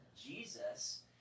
Jesus